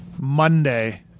Monday